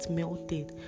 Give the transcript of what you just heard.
melted